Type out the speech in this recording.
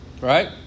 Right